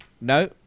No